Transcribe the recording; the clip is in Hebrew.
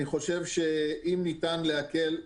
אני חושב שאם ניתן להקל,